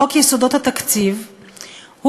משק המדינה,